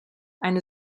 eine